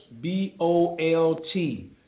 B-O-L-T